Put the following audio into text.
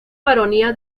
baronía